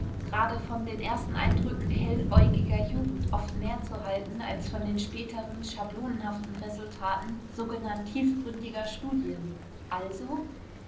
gerade von den ersten eindrücken helläugiger jugend oft mehr zu halten als von den späteren schablonenhaften resultaten sogenannt tiefgründiger studien also